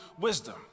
wisdom